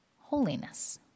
Holiness